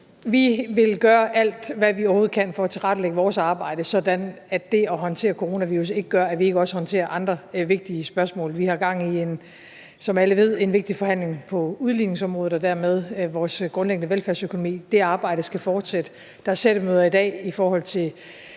Vi vil gøre alt, hvad vi overhovedet kan, for at tilrettelægge vores arbejde, sådan at det at håndtere coronavirus ikke gør, at vi ikke også håndterer andre vigtige spørgsmål. Vi har, som alle ved, gang i en vigtig forhandling på udligningsområdet og dermed vores grundlæggende velfærdsøkonomi; det arbejde skal fortsætte. Der er sættemøder i dag i forhold til